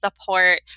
support